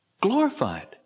glorified